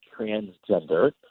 transgender